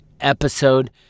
episode